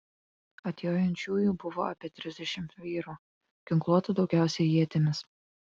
atjojančiųjų buvo apie trisdešimt vyrų ginkluotų daugiausiai ietimis